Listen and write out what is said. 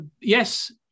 yes